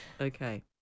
okay